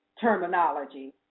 terminology